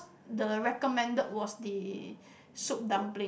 the recommended was the soup dumpling